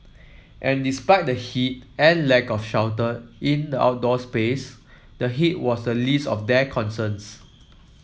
and despite the heat and lack of shelter in the outdoor space the heat was the least of their concerns